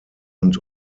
und